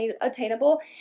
attainable